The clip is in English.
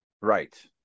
Right